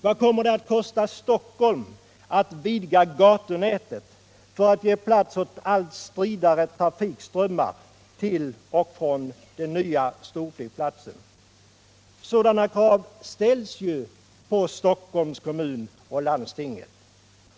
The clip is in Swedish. Vad kommer det att kosta Stockholm att vidga gatunätet för att ge plats åt allt stridare trafikströmmar till och från den nya storflygplatsen? Sådana krav ställs ju på Stockholms kommun och landsting.